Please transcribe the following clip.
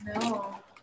No